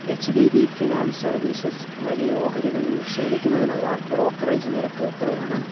H D B finance services വഴി ഓഹരികളിൽ നിക്ഷേപിക്കുന്നതിനുള്ള ബ്രോക്കറേജ് നിരക്ക് എത്രയാണ്